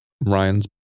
Ryan's